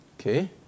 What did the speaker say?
okay